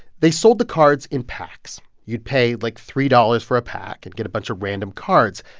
they sold the cards in packs. you'd pay, like, three dollars for a pack and get a bunch of random cards.